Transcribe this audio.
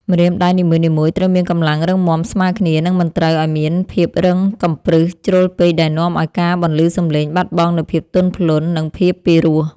ម្រាមដៃនីមួយៗត្រូវមានកម្លាំងរឹងមាំស្មើគ្នា និងមិនត្រូវឱ្យមានភាពរឹងកំព្រឹសជ្រុលពេកដែលនាំឱ្យការបន្លឺសម្លេងបាត់បង់នូវភាពទន់ភ្លន់ និងភាពពីរោះ។